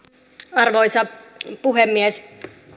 arvoisa puhemies